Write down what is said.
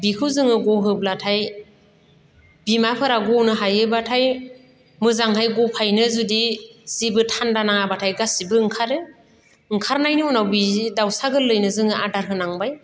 बिखौ जोङो गहोब्लाथाय बिमाफोरा गनो हायोब्लाथाय मोजांहाय गफायनो जुदि जेबो थान्दा नाङाब्लाथाय गासिबो ओंखारो ओंखारनायनि उनाव बि दाउसा गोरलैनो जोङो आदार होनांबाय